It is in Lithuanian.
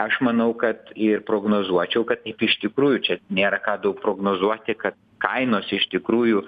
aš manau kad ir prognozuočiau kad taip iš tikrųjų čia nėra daug prognozuoti kad kainos iš tikrųjų